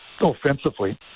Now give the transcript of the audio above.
offensively